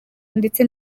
ndetse